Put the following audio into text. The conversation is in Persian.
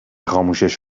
خاموشش